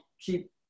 keep